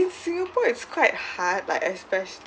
in singapore it's quite hard like especially